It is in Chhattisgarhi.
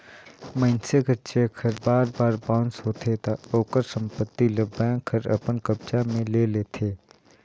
मइनसे कर चेक हर बार बार बाउंस होथे ता ओकर संपत्ति ल बेंक हर अपन कब्जा में ले लेथे